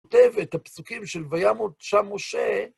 כותב את הפסוקים של וימות שם משה,